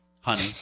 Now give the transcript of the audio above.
honey